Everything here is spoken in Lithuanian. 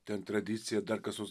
ten tradicija dar kas nors